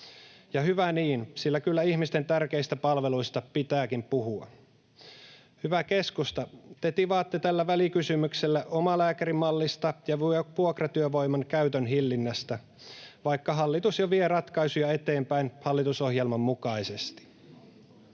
Ja hyvä niin, sillä kyllä ihmisten tärkeistä palveluista pitääkin puhua. Hyvä keskusta, te tivaatte tällä välikysymyksellä omalääkärimallista ja vuokratyövoiman käytön hillinnästä, vaikka hallitus jo vie ratkaisuja eteenpäin hallitusohjelman mukaisesti.